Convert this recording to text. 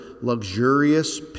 luxurious